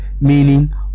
meaning